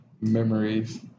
Memories